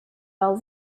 all